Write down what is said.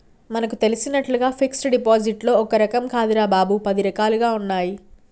మనకు తెలిసినట్లుగా ఫిక్సడ్ డిపాజిట్లో ఒక్క రకం కాదురా బాబూ, పది రకాలుగా ఉన్నాయి